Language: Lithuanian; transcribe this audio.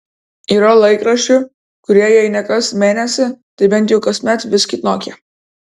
yra laikraščių kurie jei ne kas mėnesį tai bent jau kasmet vis kitokie